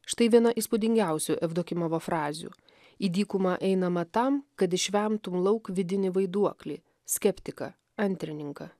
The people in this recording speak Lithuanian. štai viena įspūdingiausių jevdokimovo frazių į dykumą einama tam kad išvemtum lauk vidinį vaiduoklį skeptiką antrininką